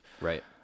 Right